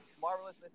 Marvelous